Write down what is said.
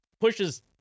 pushes